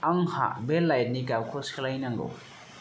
आंहा बे लाइटनि गाबखौ सोलायनांगौ